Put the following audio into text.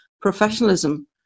professionalism